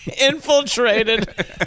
infiltrated